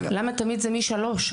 למה זה תמיד מגיל שלוש?